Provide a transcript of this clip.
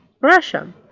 Russia